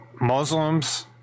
muslims